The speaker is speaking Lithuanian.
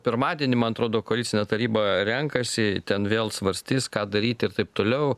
pirmadienį man atrodo koalicinė taryba renkasi ten vėl svarstys ką daryti ir taip toliau